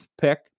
pick